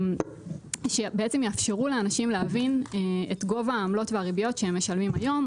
הם בעצם יאפשרו לאנשים להבין את גובה העמלות והריביות שהם משלמים היום.